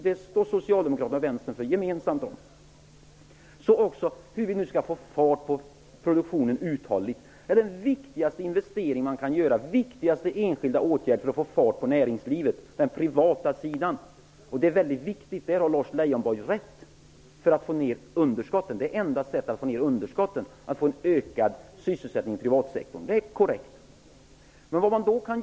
Det står Socialdemokraterna och vänstern gemensamt för. Så till frågan: Hur skall vi uthålligt få fart på produktionen? Ja, den viktigaste investering man kan göra, den viktigaste enskilda åtgärden för att få fart på näringslivet, är satsningar på den privata sidan. Det är väldigt viktigt för att få ner underskotten, det har Lars Leijonborg rätt i. Det enda sättet att få ner underskotten är att få till stånd en ökad sysselsättning inom den privata sektorn. Det är korrekt. Vad kan man då göra?